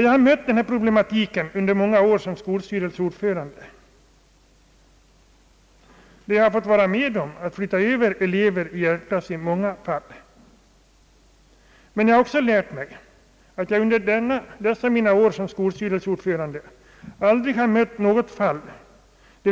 Jag har mött denna problematik under många år som skolstyrelseordförande. Jag har fått vara med om att flytta över elever till hjälpklass. Men under dessa många år har jag inte mött något fall då